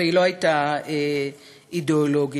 והיא לא הייתה אידיאולוגית.